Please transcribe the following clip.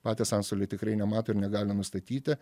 patys antstoliai tikrai nemato ir negali nustatyti